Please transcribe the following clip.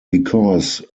because